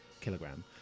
kilogram